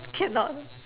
cannot